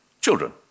children